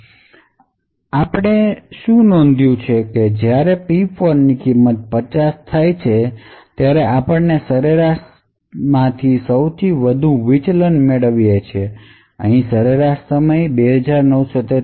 શું આપણે નોંધ્યું છે કે જ્યારે P 4 ની કિંમત 50 થાય છે ત્યારે આપણે સરેરાશથી સૌથી વધુ વિચલન મેળવીએ છીએ અહીં સરેરાશ 2943